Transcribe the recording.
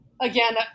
again